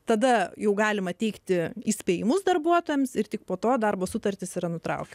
tada jau galima teikti įspėjimus darbuotojams ir tik po to darbo sutartis yra nutraukta